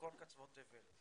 מכל קצוות תבל.